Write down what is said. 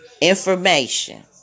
information